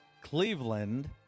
Cleveland